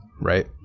Right